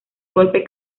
golpe